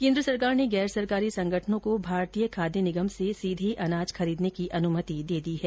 केन्द सरकार ने गैर सरकारी संगठनों को भारतीय खाद्य निगम से सीधे अनाज खरीदने की अनुमति दे दी है